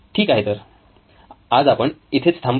ठीक आहे तर आज आपण इथेच थांबू